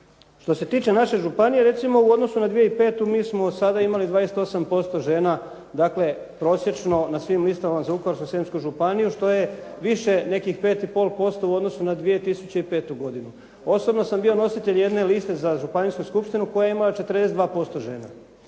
Što se tiče naše županije recimo u odnosu na 2005. mi smo sada imali 28% žena prosječno na svim listama za Vukovarsko-srijemsku županiju što je više nekih 5,5% u odnosu na 2005. godinu. Osobno sam bio nositelj jedne liste za županijsku skupštinu koja je imala 42% žena